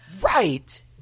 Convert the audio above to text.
Right